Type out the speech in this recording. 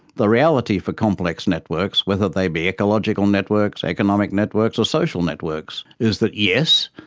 the reality for complex networks, whether they be ecological networks, economic networks or social networks is that, yes,